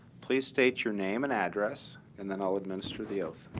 please state your name and address, and then i'll administer the oath.